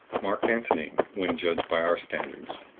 mark antony, when judged by our standards,